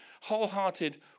wholehearted